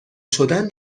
شدن